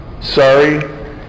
sorry